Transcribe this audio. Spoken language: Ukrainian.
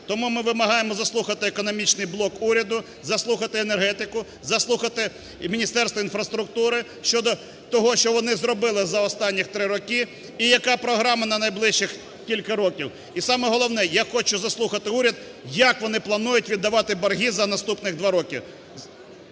Тому ми вимагаємо заслухати економічний блок уряду, заслухати енергетику, заслухати Міністерство інфраструктури щодо того, що вони зробили за останніх три роки і яка програма на найближчих кілька років. І, саме головне, я хочу заслухати уряд, як вони планують віддавати борги за наступних два роки.